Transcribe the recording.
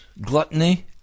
gluttony